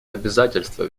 обязательства